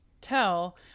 tell